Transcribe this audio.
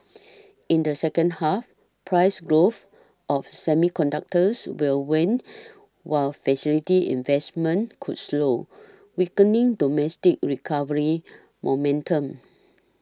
in the second half price growth of semiconductors will wane while facility investments could slow weakening domestic recovery momentum